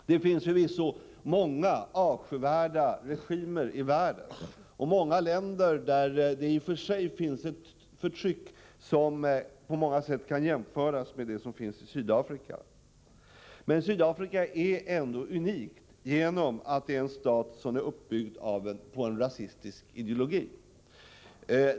Det finns förvisso många avskyvärda regimer i världen och många länder där det i och för sig finns ett förtryck, som på många sätt kan jämföras med det som finns i Sydafrika, men Sydafrika är ändå unikt genom att det är en stat som är uppbyggd på en rasistisk ideologi.